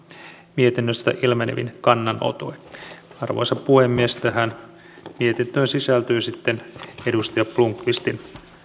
mietinnöstä ilmenevin kannanotoin arvoisa puhemies tähän mietintöön sisältyy sitten edustaja blomqvistin